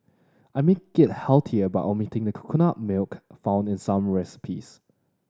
I make it healthier by omitting the coconut milk found in some recipes